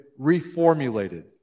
reformulated